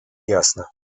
ясно